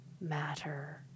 matter